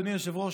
אדוני היושב-ראש,